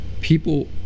People